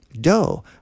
dough